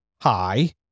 Hi